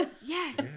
Yes